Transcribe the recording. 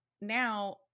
now